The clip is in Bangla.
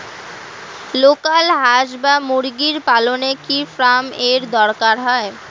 লোকাল হাস বা মুরগি পালনে কি ফার্ম এর দরকার হয়?